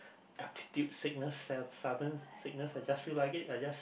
altitude sickness sudden sickness I just feel like it I just